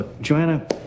Joanna